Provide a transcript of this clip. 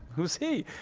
who's he?